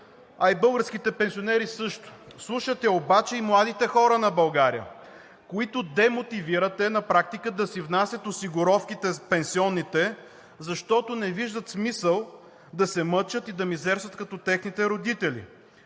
а и българските пенсионери също. Слушат я обаче и младите хора на България, които демотивирате на практика да си внасят пенсионните осигуровки, защото не виждат смисъл да се мъчат и да мизерстват като техните родители.